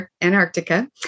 Antarctica